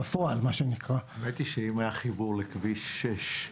אם היה חיבור לכביש 6,